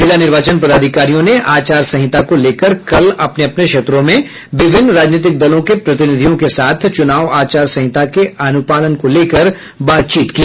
जिला निर्वाचन पदाधिकारियों ने आचार संहिता को लेकर कल अपने अपने क्षेत्रों में विभिन्न राजनीतिक दलों के प्रतिनिधियों के साथ चुनाव आचार संहिता के अनुपालन को लेकर बातचीत की